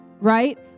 Right